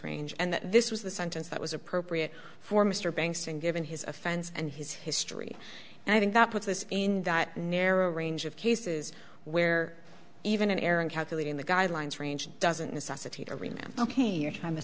range and that this was the sentence that was appropriate for mr banks and given his offense and his history and i think that puts this in that narrow range of cases where even an error in calculating the guidelines range doesn't necessity to remember ok your time is